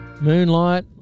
Moonlight